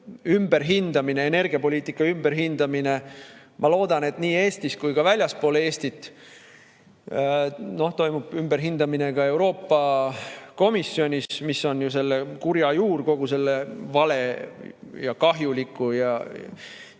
kindlasti energiapoliitika ümberhindamine. Ma loodan, et nii Eestis kui ka väljaspool Eestit toimub ümberhindamine, ka Euroopa Komisjonis, mis on selle kurja juur, kogu selle vale ja kahjuliku ja